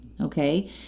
Okay